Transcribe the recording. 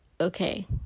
okay